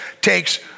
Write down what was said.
takes